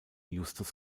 justus